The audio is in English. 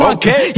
Okay